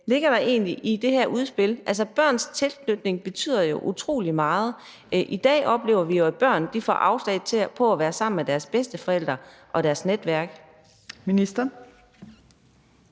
ligger der egentlig i det her udspil? Altså, børns tilknytning betyder jo utrolig meget, og i dag oplever vi, at børn får afslag på at være sammen med deres bedsteforældre og deres netværk.